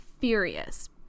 furious